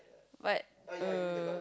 but uh